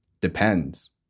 depends